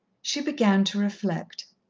she began to reflect.